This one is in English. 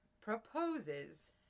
proposes